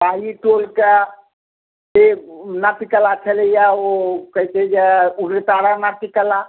पाही टोल के जे नाट्य कला छलैया ओ कहै छै जे उग्रतारा नाट्य कला